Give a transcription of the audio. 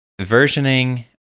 versioning